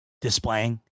displaying